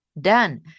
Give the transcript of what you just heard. done